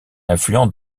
affluent